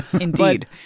Indeed